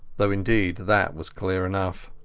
though indeed that was clear enough.